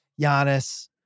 Giannis